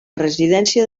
residència